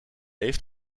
heeft